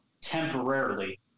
temporarily